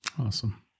Awesome